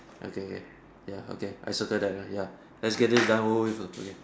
okay ya ya okay I circle that right ya let's get this done over with okay